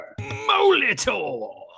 Molitor